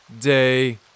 Day